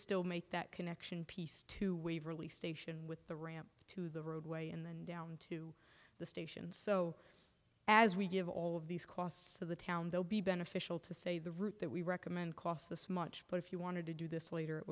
still make that connection piece to waverley station with the ramp to the roadway and then down to the station so as we give all of these costs to the town they'll be beneficial to say the route that we recommend costs this much but if you wanted to do this later it